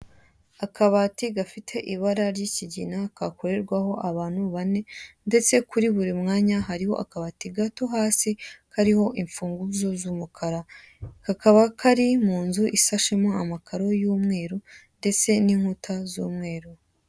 Akabati gafite ibara ry'ikigina kakorerwaho abantu bane ndetse kuri buri mwanya hariho akabati gato hasi kariho imfunguzo z'umukara kakaba kari mu nzu isashemo amakaro y'umweru ndetse n'inkuta z'umweru.